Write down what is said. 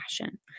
passion